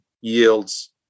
yields